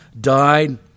died